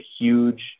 huge